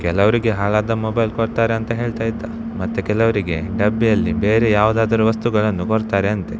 ಕೆಲವರಿಗೆ ಹಾಳಾದ ಮೊಬೈಲ್ ಕೊಡ್ತಾರಂತ ಹೇಳ್ತಾಯಿದ್ದ ಮತ್ತು ಕೆಲವರಿಗೆ ಡಬ್ಬಿಯಲ್ಲಿ ಬೇರೆ ಯಾವುದಾದರೂ ವಸ್ತುಗಳನ್ನು ಕೊಡ್ತಾರೆ ಅಂತೆ